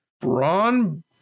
Braun